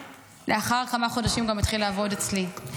לאחר כמה חודשים הוא גם התחיל לעבוד אצלי.